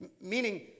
Meaning